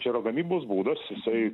čia yra gamybos būdas jisai